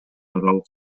аралык